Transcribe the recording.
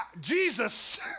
Jesus